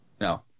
No